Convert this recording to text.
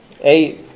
Eight